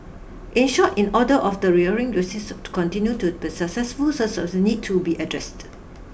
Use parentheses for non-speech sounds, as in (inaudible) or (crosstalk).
in short in order of the (unintelligible) to continue to be successful such (unintelligible) need to be addressed